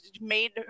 made